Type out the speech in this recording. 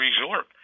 resort